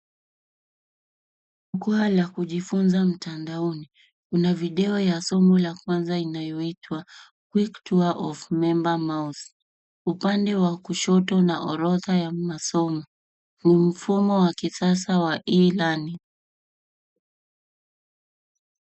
Mkoa la kujifunza mtandaoni kuna video ya somo la kwanza inayoitwa quick tour of member mouse upande wa kushoto na orodha ya masomo ni mfumo wa kisasa wa e-learning .